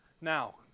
Now